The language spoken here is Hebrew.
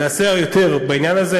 נעשה יותר בעניין הזה.